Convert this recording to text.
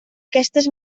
aquestes